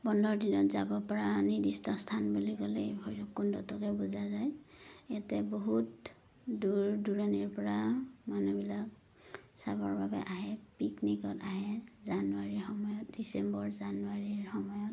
বন্ধৰ দিনত যাব পৰা নিৰ্দিষ্ট স্থান বুলি ক'লে এই ভৈৰৱকুণ্ডটোকে বুজা যায় ইয়াতে বহুত দূৰো দূৰণিৰপৰা মানুহবিলাক চাবৰ বাবে আহে পিকনিকত আহে জানুৱাৰীৰ সময়ত ডিচেম্বৰ জানুৱাৰীৰ সময়ত